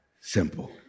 simple